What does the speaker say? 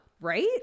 Right